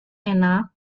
enak